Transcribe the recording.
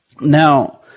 now